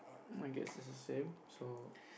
my guess is the same so